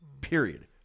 Period